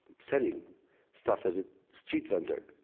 selling stuff as a street vendor,